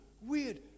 weird